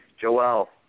Joel